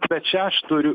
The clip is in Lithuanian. bet čia aš turiu